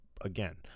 again